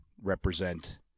represent